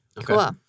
Cool